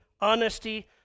honesty